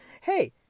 hey